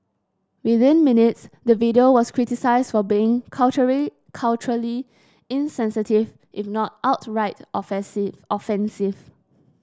within minutes the video was criticised for being culturally culturally insensitive if not outright offensive offensive